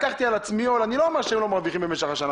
לקחתי על עצמי אני לא אומר שהם לא מרוויחים במשך השנה,